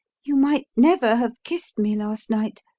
you might never have kissed me last night,